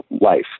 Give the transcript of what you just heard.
life